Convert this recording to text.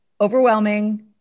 overwhelming